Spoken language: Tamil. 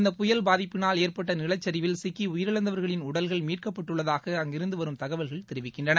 இந்த புயல் பாதிப்பால் ஏற்பட்ட நிலச்சரிவில் சிக்கி உயிரிழந்தவர்களின் உடல்கள் மீட்கப்பட்டுள்ளதாக அங்கிருந்து வரும் தகவல்கள் தெரிவிக்கின்றன